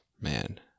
Man